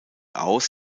aus